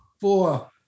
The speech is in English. four